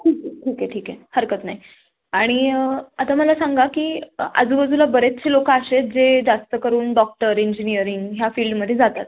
ठीक आहे ठीक आहे ठीक आहे हरकत नाही आणि आता मला सांगा की आजूबाजूला बरेचसे लोक असे आहेत जे जास्त करून डॉक्टर इंजिनिअरिंग ह्या फील्डमध्ये जातात